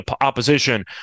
opposition